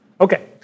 Okay